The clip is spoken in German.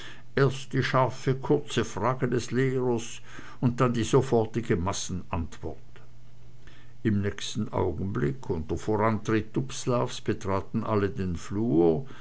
erst die scharfe kurze frage des lehrers und dann die sofortige massenantwort im nächsten augenblick unter vorantritt dubslavs betraten alle den flur